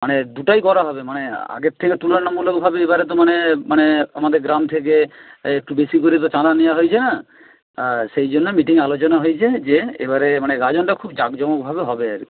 মানে দুটোই করা হবে মানে আগের থেকে তুলনামূলকভাবে এবারে তো মানে মানে আমাদের গ্রাম থেকে একটু বেশি করে তো চাঁদা নেওয়া হয়েছে না আর সেই জন্য মিটিংয়ে আলোচনা হয়েছে যে এবারে মানে গাজনটা খুব জাঁকজমকভাবে হবে আর